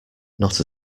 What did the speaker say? not